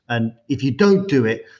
and if you don't do it,